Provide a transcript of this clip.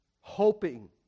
hoping